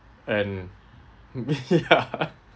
and me ah